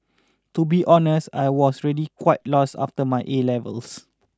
to be honest I was really quite lost after my A levels